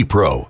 Pro